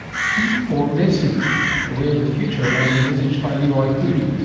p four medicine the way of the future as envisaged by leroy hood.